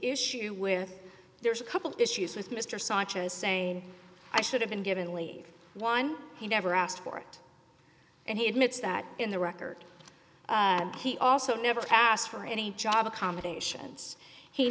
issue with there's a couple issues with mr sanchez saying i should have been given leave one he never asked for it and he admits that in the record he also never asked for any job accommodations he